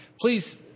please